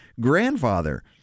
grandfather